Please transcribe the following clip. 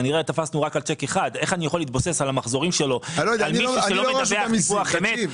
איך אני יכול להתבסס על המחזורים של מישהו שלא מדווח דיווח אמת?